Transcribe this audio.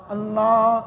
Allah